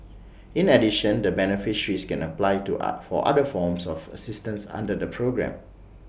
in addition the beneficiaries can apply to for other forms of assistance under the programme